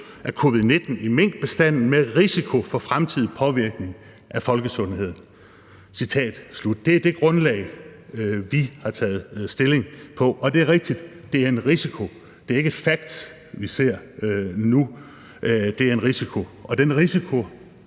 SARS-CoV-2 i minkbestanden med risiko for fremtidig påvirkning af folkesundheden.« Det er det grundlag, vi har taget stilling på. Og det er rigtigt, at det er en risiko. Det er ikke facts, vi ser nu. Det er en risiko, og den risiko